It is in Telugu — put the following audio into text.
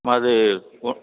మాది